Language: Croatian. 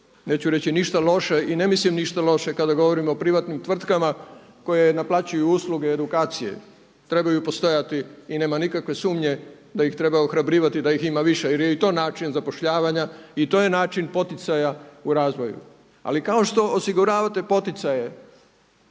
neću reći za ništa loše i ne mislim ništa loše kada govorim o privatnim tvrtkama koje naplaćuju usluge edukacije. Trebaju postojati i nema nikakve sumnje da ih treba ohrabrivati da ih ima više jer je i to način zapošljavanja i to je način poticaja u razvoju. Ali kako što osiguravate poticaje